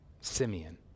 Simeon